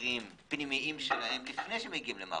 תחקירים פנימיים שלהם לפני שמגיעים למח"ש?